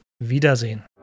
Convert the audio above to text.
Wiedersehen